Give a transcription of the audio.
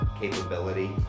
capability